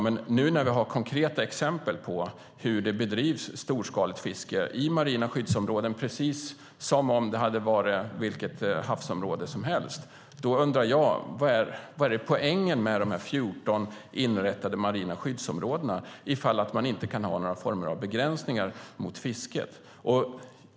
Men nu när vi har konkreta exempel på hur det bedrivs storskaligt fiske i marina skyddsområden, precis som om det hade varit vilket havsområde som helst, undrar jag: Vad är poängen med dessa 14 inrättade marina skyddsområden om man inte kan ha några former av begränsningar i fråga om fisket?